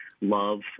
love